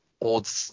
old